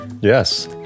Yes